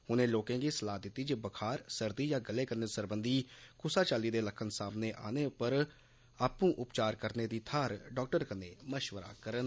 उनें लोकें गी सलाह दित्ती जे बखार सर्दी या गले कन्नै सरबंधी कुसा चाल्ली दे लक्ष्ण सामने औने पर आपूं उपचार करने दी थाह्र डाक्टर कन्नै मश्वरा करन